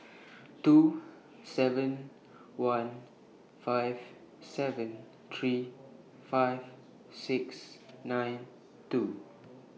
two seven one five seven three five six nine two